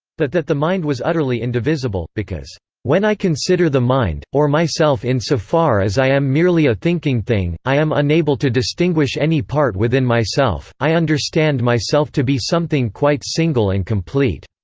but that the mind was utterly indivisible because when i consider the mind, or myself in so far as i am merely a thinking thing, i am unable to distinguish any part within myself i understand myself to be something quite single and complete.